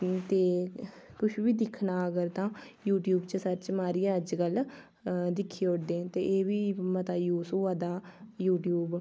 ते किश बी दिक्खना अगर तां यूट्यूब च सर्च मारियै अजकल दिक्खी ओड़दे ते एह् बी अजकल मता यूज़ होआ दा यूट्यूब